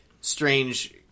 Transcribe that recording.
strange